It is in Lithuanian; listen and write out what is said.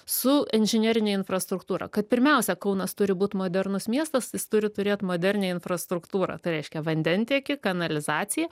su inžinerine infrastruktūra kad pirmiausia kaunas turi būt modernus miestas jis turi turėt modernią infrastruktūrą tai reiškia vandentiekį kanalizaciją